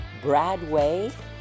Bradway